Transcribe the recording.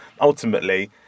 ultimately